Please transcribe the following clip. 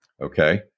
Okay